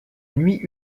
nuit